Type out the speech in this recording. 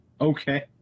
Okay